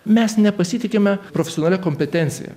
mes nepasitikime profesionalia kompetencija